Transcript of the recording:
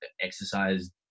exercise